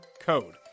code